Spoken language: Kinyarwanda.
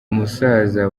umusaza